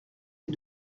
est